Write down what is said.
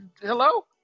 hello